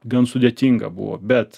gan sudėtinga buvo bet